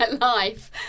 life